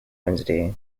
wednesday